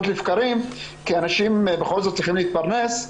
לבקרים כי אנשים בכל זאת צריכים להתפרנס,